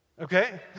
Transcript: okay